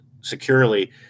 securely